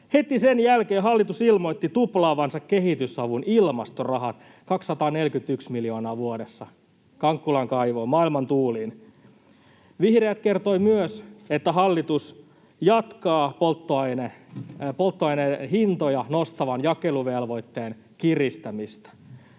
Heti sen jälkeen hallitus ilmoitti tuplaavansa kehitysavun ilmastorahat — 241 miljoonaa vuodessa Kankkulan kaivoon, maailman tuuliin. Vihreät kertoivat myös, että hallitus jatkaa polttoaineiden hintoja nostavan jakeluvelvoitteen kiristämistä.